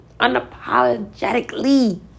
unapologetically